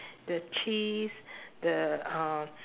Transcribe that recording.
the cheese the uh